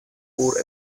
poor